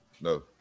No